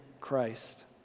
Christ